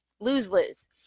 Lose-lose